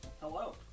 Hello